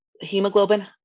hemoglobin